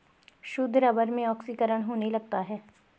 शुद्ध रबर में ऑक्सीकरण होने लगता है